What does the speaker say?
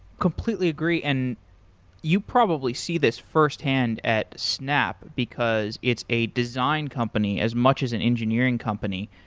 completely agree, and you probably see this firsthand at snap because it's a design company as much as an engineering company,